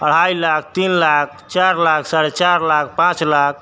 अढ़ाइ लाख तीन लाख चारि लाख साढ़े चारि लाख पाँच लाख